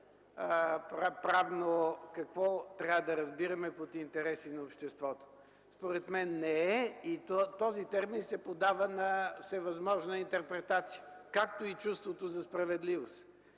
правно какво трябва да разбираме под интереси на обществото? Според мен не е и този термин се поддава на всевъзможна интерпретация, както и чувството за справедливост.